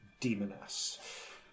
demoness